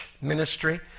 ministry